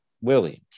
William